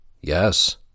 Yes